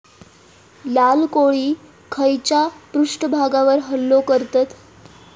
लाल कोळी खैच्या पृष्ठभागावर हल्लो करतत?